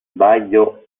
sbaglio